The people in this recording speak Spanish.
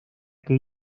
que